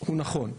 הוא נכון.